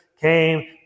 came